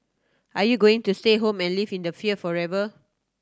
are you going to stay home and live in a fear forever